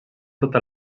tota